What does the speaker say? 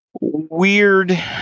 weird